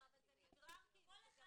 אתם תחליטו, כמובן.